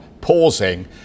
pausing